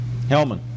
Hellman